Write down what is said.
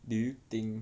do you think